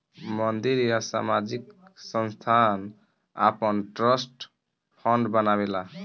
मंदिर या सामाजिक संस्थान आपन ट्रस्ट फंड बनावेला